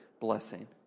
blessing